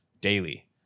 daily